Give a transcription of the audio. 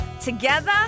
together